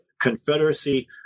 Confederacy